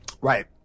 right